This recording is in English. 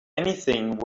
anything